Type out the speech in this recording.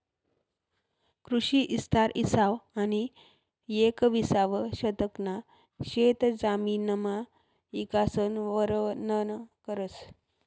कृषी इस्तार इसावं आनी येकविसावं शतकना शेतजमिनना इकासन वरनन करस